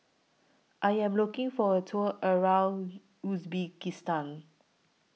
I Am looking For A Tour around Uzbekistan